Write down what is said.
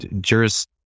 Juris